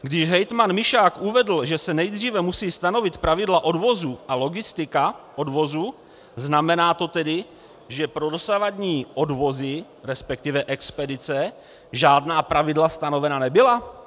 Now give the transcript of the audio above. Když hejtman Mišák uvedl, že se nejdříve musí stanovit pravidla odvozu a logistika odvozu, znamená to tedy, že pro dosavadní odvozy, resp. expedice, žádná pravidla stanovena nebyla?